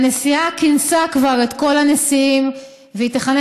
הנשיאה כינסה כבר את כל הנשיאים והיא תכנס